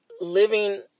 living